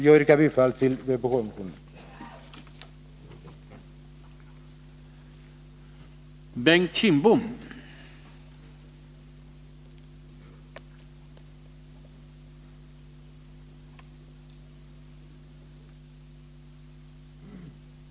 Jag yrkar bifall till vpk-motionen 1980/81:867.